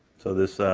so this,